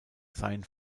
seien